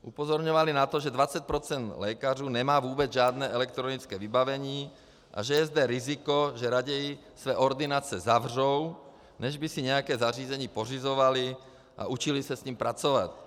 Upozorňovali na to, že 20 % lékařů nemá vůbec žádné elektronické vybavení a že je zde riziko, že raději se ordinace zavřou, než by si nějaké zařízení pořizovali a učili se s ním pracovat.